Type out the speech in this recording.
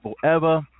forever